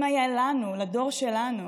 אם היה לנו, לדור שלנו,